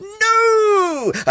no